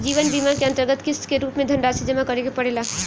जीवन बीमा के अंतरगत किस्त के रूप में धनरासि जमा करे के पड़ेला